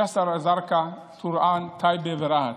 ג'יסר א-זרקא, טורעאן, טייבה ורהט.